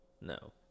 No